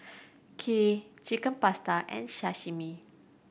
Kheer Chicken Pasta and Sashimi